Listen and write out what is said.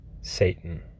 Satan